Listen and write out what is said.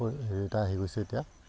হেৰি এটা আহি গৈছে এতিয়া